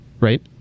right